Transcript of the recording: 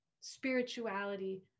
Spirituality